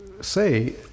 say